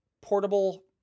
portable